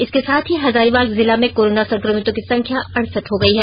इसके साथ ही हजारीबाग जिला में कोरोना संक्रमितों की संख्या अड़सठ हो गई है